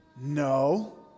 No